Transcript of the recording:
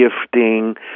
gifting